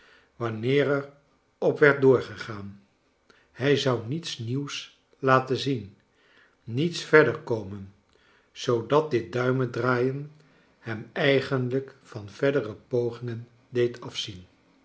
wanneer er op werd doorgegaan hij zou niets nieuws laten zien niets verder komen zoodat dit duimendraaien hem eigenlijk van verder e pogingen deed afzien